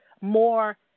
more